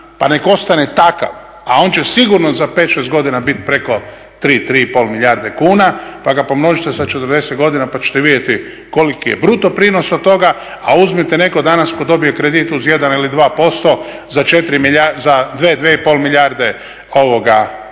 pa nek ostane takav a on će sigurno za 5, 6 godina biti preko 3, 3,5 milijarde kuna pa ga pomnožite sa 40 godina pa ćete vidjeti koliki je bruto prinos od toga a uzmite netko danas tko dobije kredit uz 1 ili 2% za 2, 2,5 milijarde eura